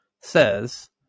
says